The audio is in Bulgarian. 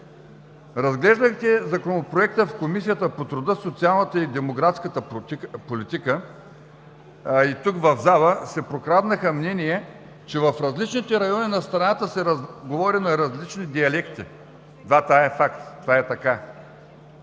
Разглеждайки Законопроекта в Комисията по труда, социалната и демографска политика, и тук, в залата, се прокраднаха мнения, че в различните райони на страната се говори на различни диалекти. Да, това е факт. Това е така,